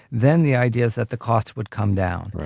then the idea is that the costs would come down.